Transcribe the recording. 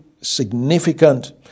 significant